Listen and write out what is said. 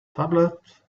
tablet